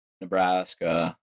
Nebraska